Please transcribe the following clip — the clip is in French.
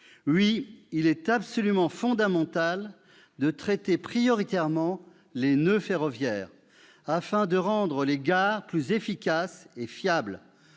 Oui, il est absolument fondamental de traiter prioritairement les noeuds ferroviaires afin de rendre les gares plus efficaces et fiables,